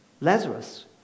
Lazarus